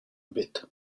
bit